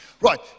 Right